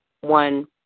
one